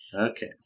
Okay